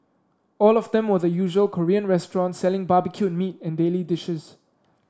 all of them were the usual Korean restaurants selling barbecued meat and daily dishes